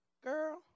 Girl